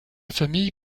famille